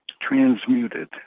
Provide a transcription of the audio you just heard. transmuted